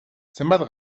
zenbat